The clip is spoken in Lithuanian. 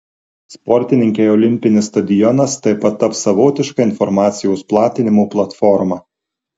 sportininkei olimpinis stadionas taip pat taps savotiška informacijos platinimo platforma